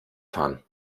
fahren